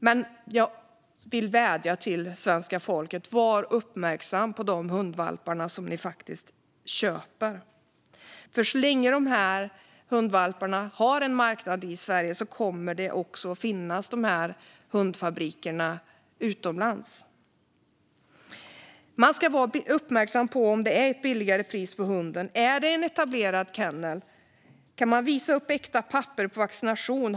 Men jag vill vädja till svenska folket: Var uppmärksam på de hundvalpar ni köper! Så länge det finns en marknad i Sverige för de här hundvalparna kommer nämligen hundfabrikerna att finnas utomlands. Man ska vara uppmärksam på om det är ett lägre pris på hunden. Är det en etablerad kennel? Kan säljarna visa upp äkta papper på vaccination?